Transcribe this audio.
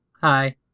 Hi